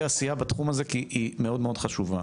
עשייה בתחום הזה כי הוא מאוד מאוד חשוב.